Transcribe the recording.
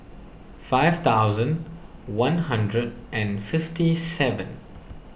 five thousand one hundred and fifty seven